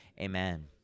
Amen